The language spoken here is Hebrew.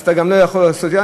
אז אתה גם לא יכול לעשות יין,